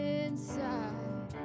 inside